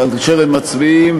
כאן, כאשר הם מצביעים,